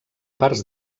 parts